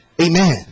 Amen